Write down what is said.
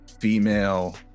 female